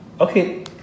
okay